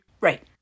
right